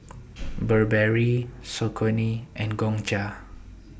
Burberry Saucony and Gongcha